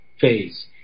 phase